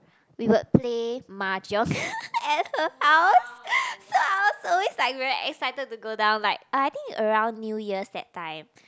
we would play mahjong at her house so I was always like very excited to go down like I think around New Years that time